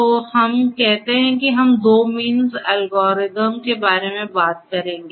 तो हम कहते हैं कि हम 2 मींस एल्गोरिथ्म के बारे में बात करेंगे